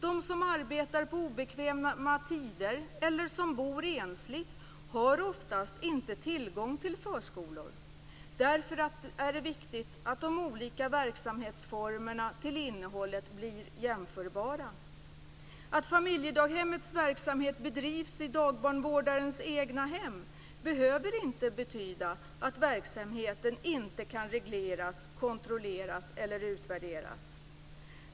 De som arbetar på obekväma tider eller som bor ensligt har oftast inte tillgång till förskolor. Därför är det viktigt att de olika verksamhetsformerna till innehållet blir jämförbara. Att familjedaghemmets verksamhet bedrivs i dagbarnvårdarens egna hem behöver inte betyda att verksamheten inte kan regleras, kontrolleras eller utvärderas.